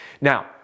Now